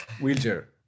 wheelchair